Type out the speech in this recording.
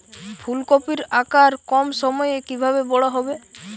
ফুলকপির আকার কম সময়ে কিভাবে বড় হবে?